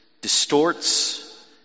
distorts